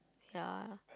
ya